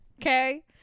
Okay